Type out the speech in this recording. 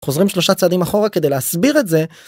חוזרים שלושה צעדים אחורה כדי להסביר את זה.